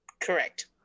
Correct